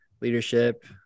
leadership